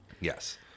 yes